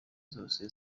zose